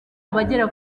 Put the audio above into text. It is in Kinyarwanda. abagera